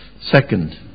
Second